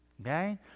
Okay